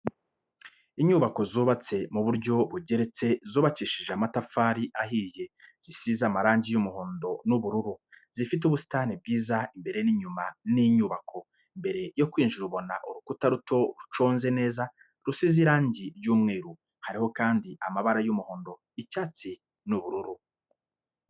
Inyubako zubatse mu buryo bugeretse zubakishije amatafari ahiye, zisize amarangi y'umuhondo n'ubururu, zifite ubusitani bwiza imbere n'inyuma y'inyubako, mbere yo kwinjira ubona urukuta ruto ruconze neza rusize irangi ry'umweru, hariho kandi amabara y'umuhondo icyatsi n'ubururu.